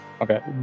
Okay